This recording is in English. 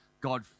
God